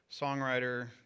songwriter